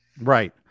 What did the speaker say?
right